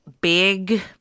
big